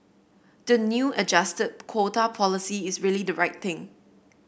the new adjusted quota policy is really the right thing